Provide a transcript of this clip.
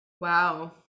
Wow